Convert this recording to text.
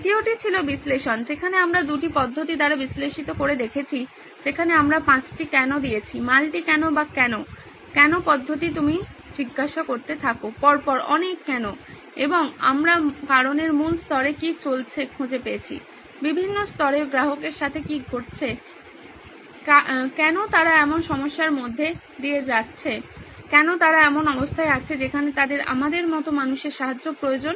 দ্বিতীয়টি ছিল বিশ্লেষণ যেখানে আমরা দুটি পদ্ধতি দ্বারা বিশ্লেষিত করে দেখেছি যেখানে আমরা 5 টি কেনো 5 whys দিয়েছি মাল্টি কেনো বা কেনো কেনো পদ্ধতি তুমি জিজ্ঞাসা করতে থাকো পরপর অনেক কেনো এবং আমরা কারণের মূল স্তরে কী চলছে খুঁজে পেয়েছি বিভিন্ন স্তরে গ্রাহকের সাথে কী ঘটছে কেনো তারা এমন সমস্যার মধ্যে দিয়ে যাচ্ছে কেনো তারা এমন অবস্থায় আছে যেখানে তাদের আমাদের মতো মানুষের সাহায্য প্রয়োজন